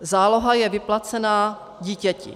Záloha je vyplacena dítěti.